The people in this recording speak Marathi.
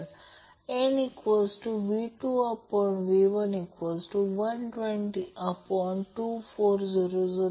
तर हे बँडविड्थ आहे हे 125 नाही हे 40 आहे